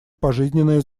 пожизненное